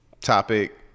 topic